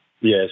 Yes